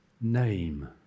name